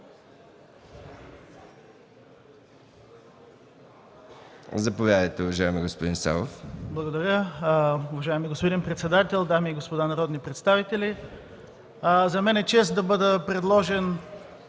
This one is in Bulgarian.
Заповядайте, уважаеми господин Савов. ВЛАДИМИР САВОВ: Благодаря. Уважаеми господин председател, дами и господа народни представители! За мен е чест да бъда предложен